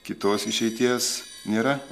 kitos išeities nėra